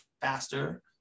faster